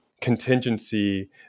Contingency